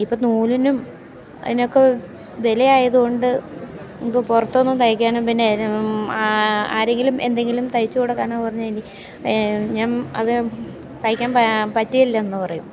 ഇപ്പം നൂലിനും അതിനൊക്കെ വിലയായത് കൊണ്ട് ഇപ്പോൾ പുറത്തൊന്നും തയ്ക്കാനും പിന്നെ ആ ആരെങ്കിലും എന്തെങ്കിലും തയ്ച്ച് കൊടുക്കാനോ പറഞ്ഞെങ്കിൽ ഞാൻ അത് തയ്ക്കാൻ പറ്റിയില്ലന്ന് പറയും